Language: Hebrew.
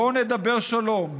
בואו נדבר שלום.